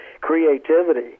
creativity